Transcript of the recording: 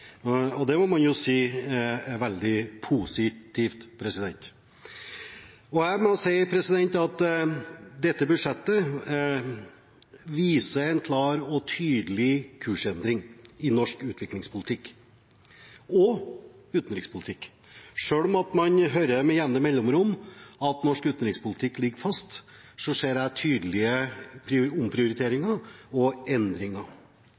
Og det må man jo si er veldig positivt. Jeg må si at dette budsjettet viser en klar og tydelig kursendring i norsk utviklingspolitikk og utenrikspolitikk. Selv om man med jevne mellomrom hører at norsk utenrikspolitikk ligger fast, ser jeg tydelige omprioriteringer og endringer.